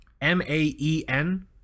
M-A-E-N